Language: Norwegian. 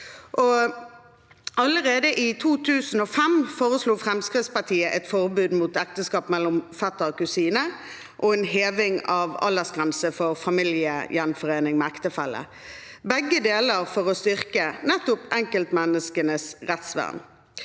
Allerede i 2005 foreslo Fremskrittspartiet et forbud mot ekteskap mellom fetter og kusine og en heving av aldersgrensen for familiegjenforening med ektefelle – begge deler for å styrke nettopp enkeltmenneskenes rettsvern.